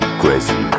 crazy